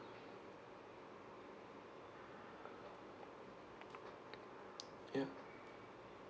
ya